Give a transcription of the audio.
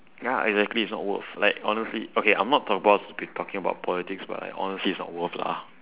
ya exactly it's not worth like honestly okay I'm not supposed to be talking about politics but like honestly it's not worth lah. !huh!